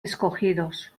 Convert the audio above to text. escogidos